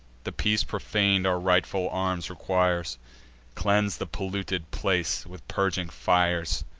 the peace profan'd our rightful arms requires cleanse the polluted place with purging fires.